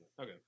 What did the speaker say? Okay